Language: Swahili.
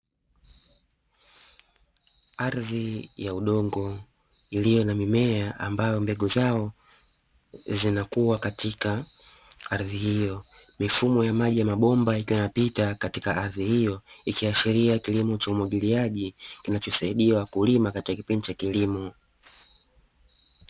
Ardhi ya udongo iliyo na mimea ambayo mbegu zao zinakuwa katika ardhi hiyo, mifumo ya maji ya mabomba ikanapita katika ardhi hiyo, ikiashiria kilimo cha umwagiliaji kinachosaidia wakulima katika kipindi cha kilimo.